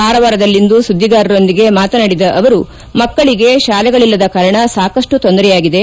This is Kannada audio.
ಕಾರವಾರದಲ್ಲಿಂದು ಸುದ್ದಿಗಾರರೊಂದಿಗೆ ಮಾತನಾಡಿದ ಅವರು ಮಕ್ಕಳಿಗೆ ಶಾಲೆಗಳಿಲ್ಲದ ಕಾರಣ ಸಾಕಷ್ಟು ತೊಂದರೆಯಾಗಿದೆ